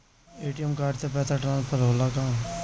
ATM card से पैसा transfer होला का?